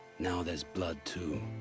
now there's blood too.